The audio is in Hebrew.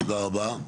תודה רבה,